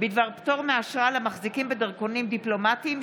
בדבר פטור מאשרה למחזיקים בדרכונים דיפלומטיים,